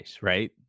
right